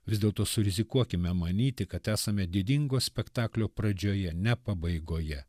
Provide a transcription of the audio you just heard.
vis dėlto surizikuokime manyti kad esame didingo spektaklio pradžioje ne pabaigoje